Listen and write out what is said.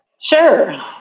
Sure